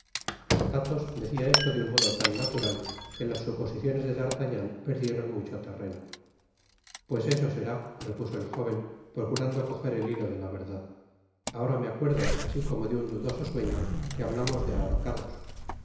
athos decia esto de un modo tan natural que las suposiciones de d'artagnan perdieron mucho terreno pues eso será repuso el jóven procurando cojer el hilo de la verdad ahora me acuerdo así como de un dudoso sueño que hablamos de ahorcados